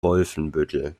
wolfenbüttel